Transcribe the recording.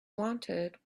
wanted